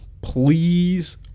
please